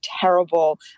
terrible